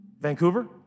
Vancouver